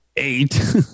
eight